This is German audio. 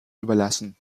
überlassen